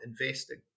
investing